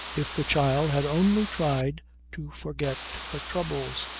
if the child had only tried to forget her troubles!